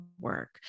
work